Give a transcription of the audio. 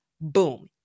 Boom